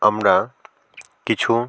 আমরা কিছু